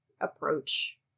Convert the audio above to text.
approach